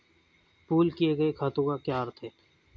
Pool किए गए खातों का क्या अर्थ है?